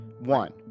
One